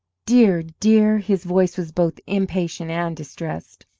dear, dear! his voice was both impatient and distressed.